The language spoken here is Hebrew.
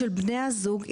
של בני הזוג,